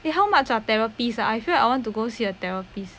eh how much ah therapist I feel like I want to go see a therapist